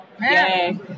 Yay